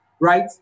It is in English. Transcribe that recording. right